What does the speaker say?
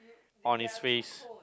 on it's face